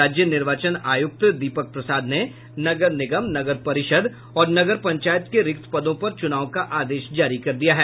राज्य निर्वाचन आयुक्त दीपक प्रसाद ने नगर निगम नगर परिषद और नगर पंचायत के रिक्त पदों पर चुनाव का आदेश जारी कर दिया है